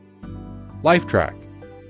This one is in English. Lifetrack